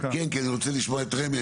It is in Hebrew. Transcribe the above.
כי אני רוצה לשמוע את רמ"י,